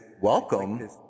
welcome